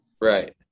Right